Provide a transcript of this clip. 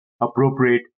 appropriate